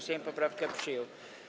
Sejm poprawkę przyjął.